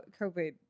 COVID